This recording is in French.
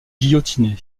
guillotiné